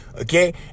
okay